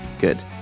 Good